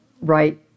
right